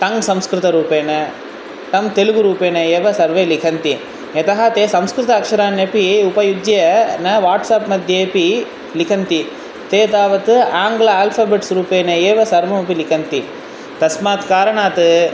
टङ्ग्संस्कृत रूपेण टङ्ग्तेलुगु रूपेण एव सर्वे लिखन्ति यतः ते संस्कृत अक्षराण्यपि उपयुज्य न वाट्साप्मध्येपि लिखन्ति ते तावत् आङ्ल आल्फ़बिट्स् रूपेण एव सर्वमपि लिखन्ति तस्मात् कारणात्